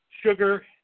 sugar